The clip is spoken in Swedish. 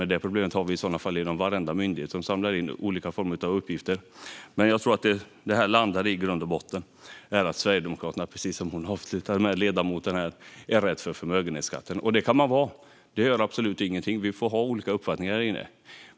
Men det problemet har vi i sådana fall i varenda myndighet som samlar in olika uppgifter. Jag tror att detta landar i att Sverigedemokraterna är rädda för det som ledamoten avslutade med här, nämligen förmögenhetsskatten. Det kan man vara. Det gör absolut ingenting. Vi får ha olika uppfattningar här inne.